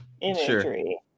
imagery